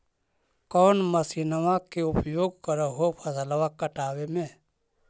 कौन मसिंनमा के उपयोग कर हो फसलबा काटबे में?